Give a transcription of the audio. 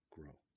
grow